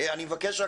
אני מבקש רק,